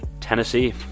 Tennessee